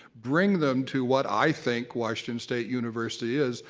bring them to what i think washington state university is.